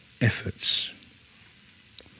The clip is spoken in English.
efforts